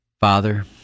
Father